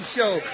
Show